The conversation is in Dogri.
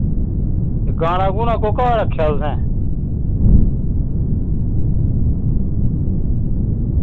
ते गाना गुना कोह्का रक्खेआ तुसें